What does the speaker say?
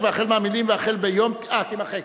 14 בעד, אין מתנגדים, אין נמנעים.